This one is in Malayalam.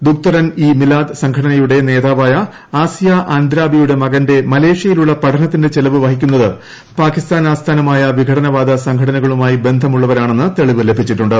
ദുക്തറൻ ഇ മിലാദ് സംഘടനയുടെ നേതാവായ ആസിയ ആൻദ്രാബിയുടെ മകന്റെ മലേഷ്യയിലുള്ള പഠനത്തിന്റെ ചെലവ് വഹിക്കുന്നത് പാകിസ്ഥാൻ ആസ്ഥാനമായ വിഘടനവാദ സംഘടനകളുമായി ബന്ധമുള്ളവരാണെന്ന് തെളിവ് ലഭിച്ചിട്ടുണ്ട്